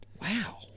Wow